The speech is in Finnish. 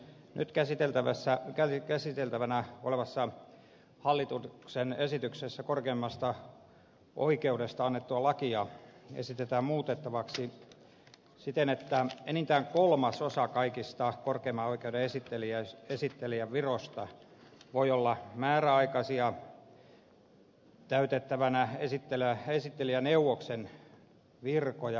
nyt käsiteltävänä olevassa hallituksen esityksessä korkeimmasta oikeudesta annettua lakia esitetään muutettavaksi siten että enintään kolmasosa kaikista korkeimman oikeuden esittelijän viroista voi olla määräajaksi täytettäviä esittelijäneuvoksen virkoja